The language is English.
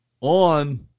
on